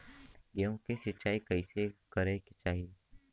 गेहूँ के सिंचाई कइसे करे के चाही?